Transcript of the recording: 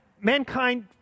mankind